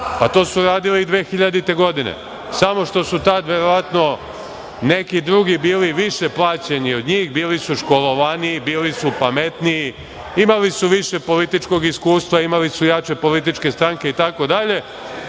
To su radili i 2000. godine, samo što su tada verovatno neki drugi bili više plaćeni, bili su školovaniji, bili su pametniji, imali su više političkog iskustva, imali su jače političke stranke itd.